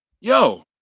Yo